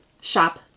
Shop